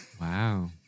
Wow